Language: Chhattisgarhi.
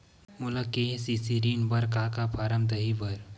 मोला के.सी.सी ऋण बर का का फारम दही बर?